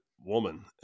woman